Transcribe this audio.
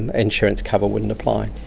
insurance cover wouldn't apply.